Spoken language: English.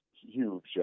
huge